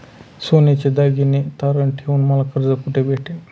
सोन्याचे दागिने तारण ठेवून मला कर्ज कुठे भेटेल?